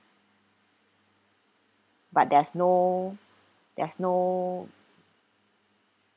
but there's no there's no